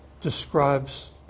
describes